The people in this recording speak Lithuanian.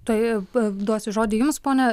tai duosiu žodį jums ponia